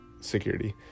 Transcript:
security